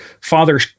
father